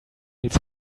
needs